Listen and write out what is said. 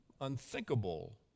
unthinkable